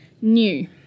New